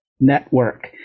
network